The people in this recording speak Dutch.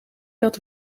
dat